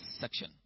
section